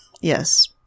Yes